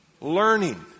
learning